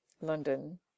London